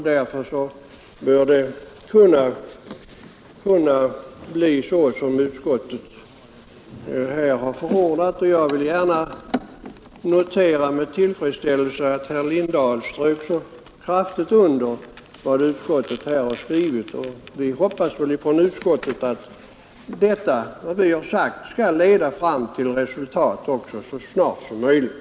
Därför bör man också kunna förfara på det sätt som utskottet förordat. Jag noterade med tillfredsställelse att herr Lindahl så kraftigt underströk vad utskottet skrivit, och vi hoppas i utskottet att det som vi har skrivit skall leda till resultat snarast möjligt.